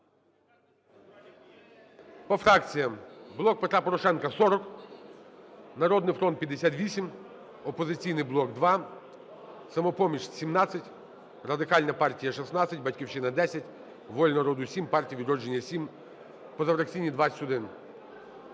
По фракціях: "Блок Петра Порошенка" – 40, "Народний фронт" – 58, "Опозиційний блок" – 2, "Самопоміч" – 17, Радикальна партія – 16, "Батьківщина" – 10, "Воля народу" – 7, "Партія "Відродження" – 7, позафракційні – 21.